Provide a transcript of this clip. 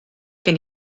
gen